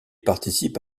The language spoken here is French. participe